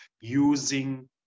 using